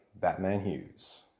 Batman-Hughes